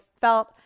felt